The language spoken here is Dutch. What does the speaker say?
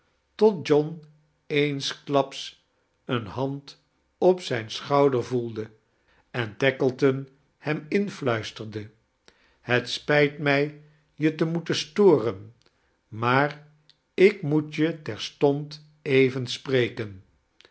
tot john eenskdaps eene hand op zijn schouder voelde en tackleton hern influasterde het spijt mij je te moeten storen maar ik moet je terstond even spreken